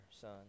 Son